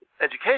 education